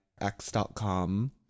X.com